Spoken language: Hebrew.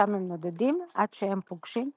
שם הם נודדים עד שהם פוגשים פתוגן.